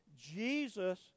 Jesus